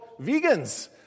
vegans